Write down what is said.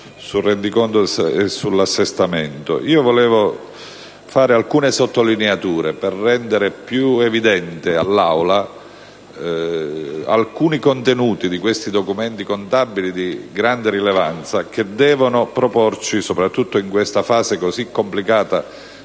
sul rendiconto e sull'assestamento. Pertanto, svolgerò solo alcune sottolineature per rendere più evidenti all'Aula alcuni contenuti dei documenti contabili di grande rilevanza che devono porci, soprattutto in questa fase così complicata